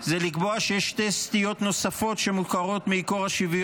הוא לקבוע שיש שתי סטיות נוספות שמוכרות מעקרון השוויון.